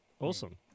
awesome